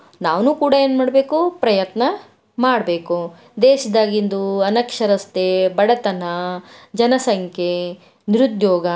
ನಾವುನೂ ಕೂಡ ಏನು ಮಾಡಬೇಕು ಪ್ರಯತ್ನ ಮಾಡಬೇಕು ದೇಶದಾಗಿಂದು ಅನಕ್ಷರತೆ ಬಡತನ ಜನಸಂಖ್ಯೆ ನಿರುದ್ಯೋಗ